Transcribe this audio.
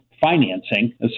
financing